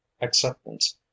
acceptance